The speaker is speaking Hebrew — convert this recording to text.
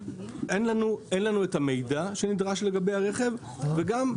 אין לנו את המידע שנדרש לגבי הרכב, עם